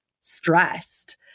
stressed